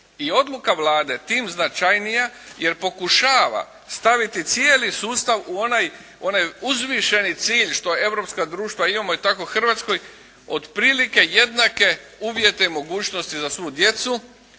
I odluka Vlade je tim značajnija jer pokušava staviti cijeli sustav u onaj uzvišeni cilj što europska društva, imamo i tako u Hrvatskoj otprilike jednake uvjete, mogućnosti za svu djecu.